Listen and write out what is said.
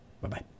Bye-bye